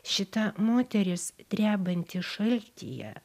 šita moteris drebanti šaltyje